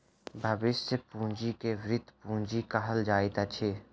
भविष्य पूंजी के वृति पूंजी कहल जाइत अछि